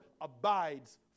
abides